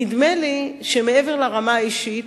נדמה לי שמעבר לרמה האישית,